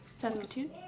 Saskatoon